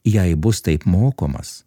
jei bus taip mokomas